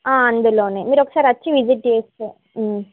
అందులోనే మీరు ఒకసారి వచ్చి విజిట్ చేసి